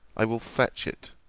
i will fetch it.